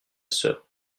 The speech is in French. sœur